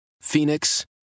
Phoenix